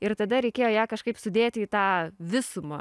ir tada reikėjo ją kažkaip sudėti į tą visumą